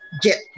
get